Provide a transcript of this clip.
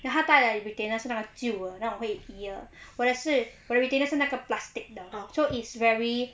then 他带的 retainer 是那个旧的那种会移的我的是我的 retainer 是那个 plastic 的 so it's very